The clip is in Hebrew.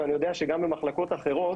ואני יודע שגם במחלקות אחרות